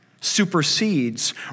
supersedes